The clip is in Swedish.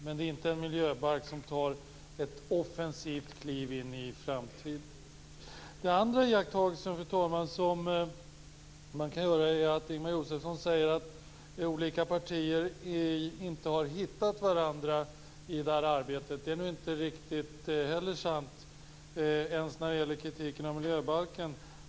Men det är inte en miljöbalk som tar ett offensivt kliv in i framtiden. En annan iakttagelse, fru talman, är att Ingemar Josefsson säger att olika partier inte har hittat varandra i det här arbetet. Det är inte heller riktigt sant, inte ens när det gäller kritiken av miljöbalken.